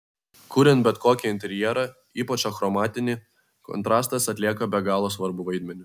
kuriant bet kokį interjerą ypač achromatinį kontrastas atlieka be galo svarbų vaidmenį